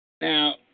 Now